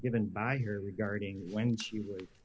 given by here regarding when she was